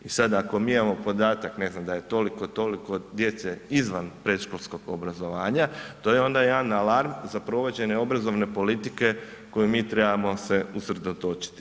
I sad ako mi imamo podatak da je ne znam toliko i toliko djece izvan predškolskog obrazovanja to je onda jedan alarm za provođenje obrazovne politike koju mi trebamo se usredotočiti.